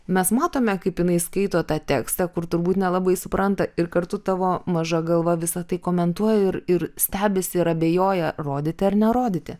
mes matome kaip jinai skaito tą tekstą kur turbūt nelabai supranta ir kartu tavo maža galva visa tai komentuoja ir ir stebisi ir abejoja rodyti ar nerodyti